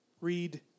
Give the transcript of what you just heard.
read